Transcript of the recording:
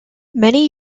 many